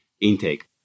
intake